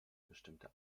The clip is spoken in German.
bestimmte